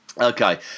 Okay